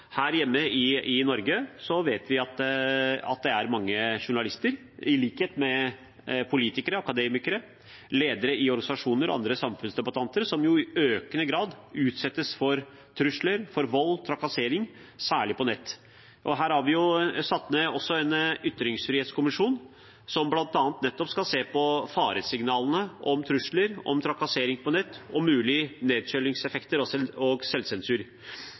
her hjemme i Norge vet vi at mange journalister, i likhet med politikere, akademikere, ledere i organisasjoner og andre samfunnsdebattanter, i økende grad utsettes for trusler, for vold, for trakassering, særlig på nett. Her har vi satt ned en ytringsfrihetskommisjon, som bl.a. skal se på nettopp faresignalene om trusler, trakassering på nett og mulige nedkjølingseffekter og selvsensur. Vi har også bedt kommisjonen vurdere tiltak for å ivareta journalisters sikkerhet, som er en forutsetning for pressens samfunnsrolle og